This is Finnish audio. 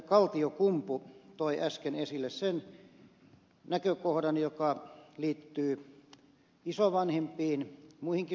kaltiokumpu toi äsken esille sen näkökohdan joka liittyy isovanhempiin muihinkin sukulaissuhteisiin